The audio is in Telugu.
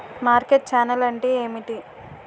మార్కెట్ ఛానల్ అంటే ఏమిటి?